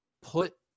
put